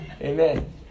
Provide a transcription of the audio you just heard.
Amen